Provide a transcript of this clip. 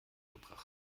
gebracht